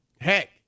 heck